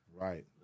Right